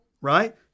right